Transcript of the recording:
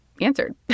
answered